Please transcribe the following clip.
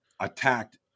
attacked